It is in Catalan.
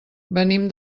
venim